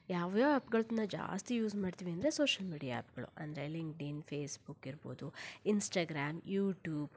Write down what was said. ಯಾವ್ಯಾವ ಆ್ಯಪ್ಗಳನ್ನು ಜಾಸ್ತಿ ಯೂಸ್ ಮಾಡ್ತೀವಿ ಅಂದರೆ ಸೋಶಿಯಲ್ ಮೀಡಿಯಾ ಆ್ಯಪ್ಗಳು ಅಂದರೆ ಲಿಂಕ್ಡ್ಇನ್ ಫೇಸ್ಬುಕ್ ಇರ್ಬೌದು ಇನ್ಸ್ಟಾಗ್ರಾಮ್ ಯೂಟ್ಯೂಬ್